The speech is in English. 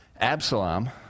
Absalom